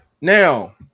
now